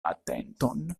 atenton